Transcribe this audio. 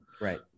Right